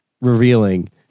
revealing